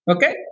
Okay